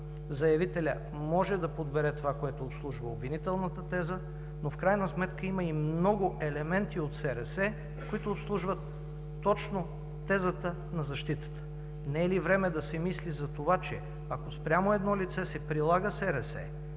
заявителят може да подбере това, което обслужва обвинителната теза, но в крайна сметка има и много елементи от СРС, които обслужват точно тезата на защитата. Не е ли време да се мисли за това, че, ако спрямо едно лице се прилага СРС,